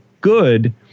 good